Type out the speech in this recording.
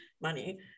money